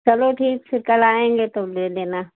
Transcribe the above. चलो ठीक फिर कल आएंगे तब ले लेना